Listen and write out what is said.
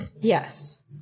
Yes